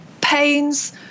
pains